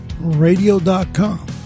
radio.com